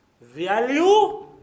Value